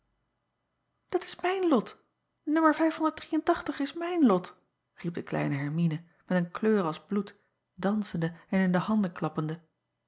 at is mijn lot nummer is mijn lot riep de kleine ermine met een kleur als bloed dansende en in de handen klappende